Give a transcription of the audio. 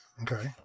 Okay